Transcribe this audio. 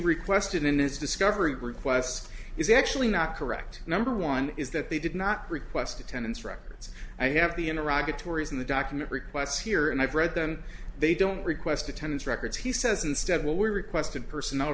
requested in his discovery requests is actually not correct number one is that they did not request attendance records i have the in raga tories in the document requests here and i've read them they don't request attendance records he says instead what we requested personnel